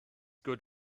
good